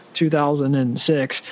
2006